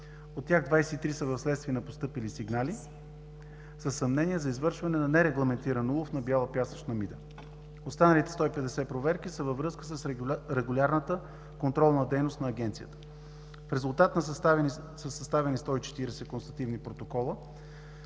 От тях 23 са вследствие на постъпили сигнали със съмнения за извършване на нерегламентиран улов на бяла пясъчна мида. Останалите 150 проверки са във връзка с регулярната контролна дейност на Агенцията. В резултат са съставени 140 констативни протокола